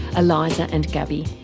eliza and gabby.